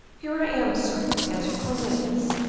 here i am, sir, answered cornelius,